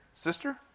Sister